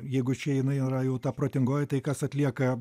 jeigu čia jinai yra jau ta protingoji tai kas atlieka